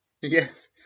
Yes